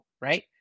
right